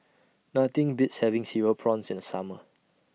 Nothing Beats having Cereal Prawns in The Summer